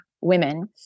women